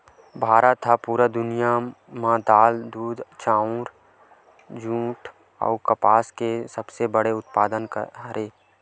भारत हा पूरा दुनिया में दाल, दूध, चाउर, जुट अउ कपास के सबसे बड़े उत्पादक हरे